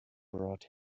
brought